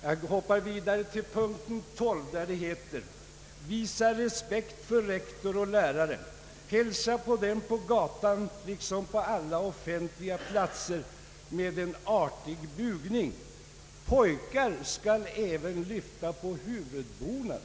Jag hoppar vidare till punkt 12, där det heter att elev skall visa respekt för rektor och lärare, hälsa på dem på gatan liksom på alla offentliga platser med en artig bugning. Pojkar skall även lyfta på huvudbonaden.